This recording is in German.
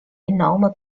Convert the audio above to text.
enormer